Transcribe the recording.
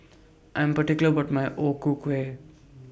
I'm particular about My O Ku Kueh